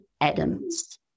Adams